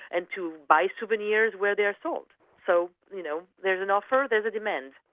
and to buy souvenirs where they are sold. so, you know, there's an offer, there's a demand.